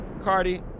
Cardi